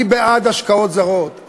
אני בעד השקעות זרות,